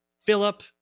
Philip